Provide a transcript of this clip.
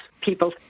people